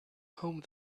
home